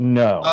no